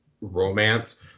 romance